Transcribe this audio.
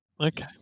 Okay